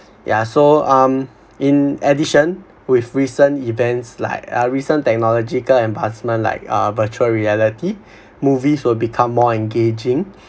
yeah so um in addition with recent events like uh recent technological advancement like uh virtual reality movies will become more engaging